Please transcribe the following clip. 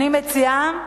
אני מציעה